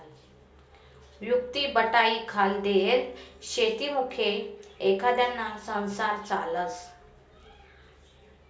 उक्तीबटाईखाल देयेल शेतीमुये एखांदाना संसार चालस